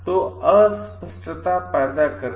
तो अस्पष्टता पैदा करके